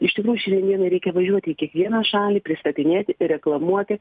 iš tikrųjų šiandien dienai reikia važiuoti į kiekvieną šalį pristatinėti ir reklamuoti